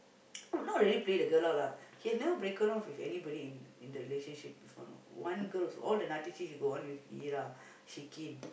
no not really play the girl out lah he has never break off with anybody in the in the relationship before you know one girl so all the he go on with Yira Shikin